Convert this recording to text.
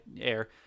air